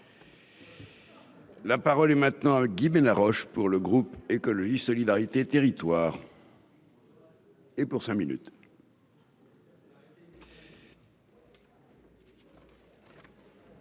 La parole est maintenant à Guy Bénard roche pour le groupe Écologie Solidarité territoire. Et pour cinq minutes.